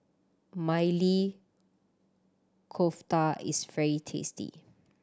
Maili Kofta is very tasty